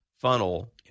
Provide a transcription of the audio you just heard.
funnel